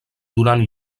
donant